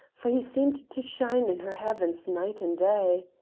for he seemed to shine in her heavens night and day.